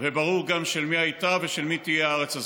וברור גם של מי הייתה ושל מי תהיה הארץ הזאת.